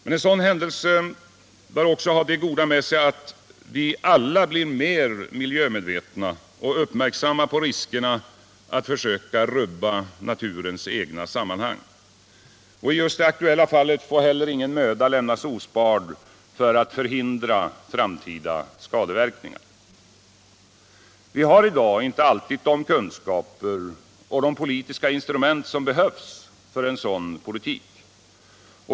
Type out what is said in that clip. En sådan händelse bör emellertid också ha det goda med sig att vi alla blir mer miljömedvetna och uppmärksamma på riskerna med att försöka rubba naturens egna sammanhang. I just det aktuella fallet får heller ingen möda sparas för att förhindra framtida skadeverkningar. Vi har i dag inte alltid de kunskaper och de politiska instrument som behövs för en sådan politik.